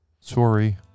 Sorry